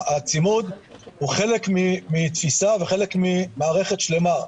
הצימוד הוא חלק מתפיסה וחלק ממערכת שלמה.